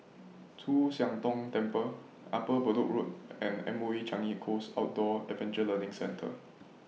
Chu Siang Tong Temple Upper Bedok Road and M O E Changi Coast Outdoor Adventure Learning Centre